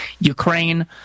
Ukraine